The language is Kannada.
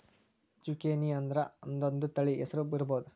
ಜುಕೇನಿಅಂದ್ರ ಅದೊಂದ ತಳಿ ಹೆಸರು ಇರ್ಬಹುದ